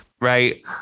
Right